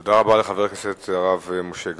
תודה רבה לחבר הכנסת הרב משה גפני.